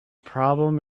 problem